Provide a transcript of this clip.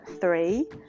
three